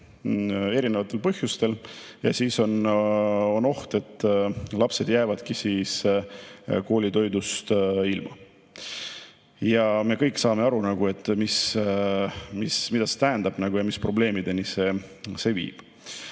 erinevatel põhjustel, siis on oht, et lapsed jäävadki koolitoidust ilma. Me kõik saame aru, mida see tähendab ja mis probleemideni viib.